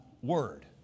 word